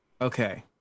Okay